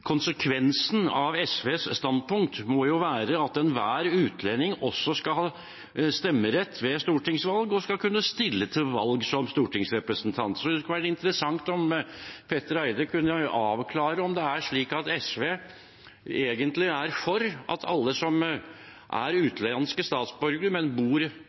Konsekvensen av SVs standpunkt må jo være at enhver utlending også skal ha stemmerett ved stortingsvalg og skal kunne stille til valg som stortingsrepresentant. Det hadde vært interessant om Petter Eide kunne avklare om det er slik at SV egentlig er for at alle som er utenlandske statsborgere, men eventuelt bor